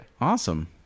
awesome